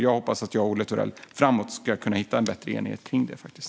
Jag hoppas att jag och Olle Thorell ska kunna hitta en bättre enighet om det framåt.